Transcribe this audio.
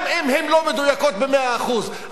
גם אם הן לא מדויקות במאה אחוז,